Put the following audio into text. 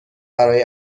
برای